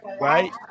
right